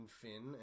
Finn